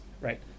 right